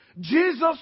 Jesus